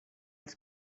els